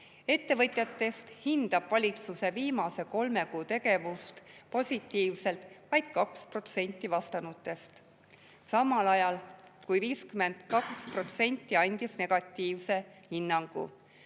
Ettevõtjatest hindab valitsuse viimase kolme kuu tegevust positiivselt vaid 2% vastanutest, samal ajal kui 52% andis negatiivse hinnangu.